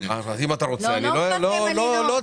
אם אתה רוצה, אני לא אעצור.